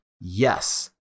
yes